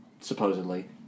supposedly